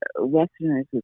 Westerners